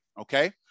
okay